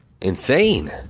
insane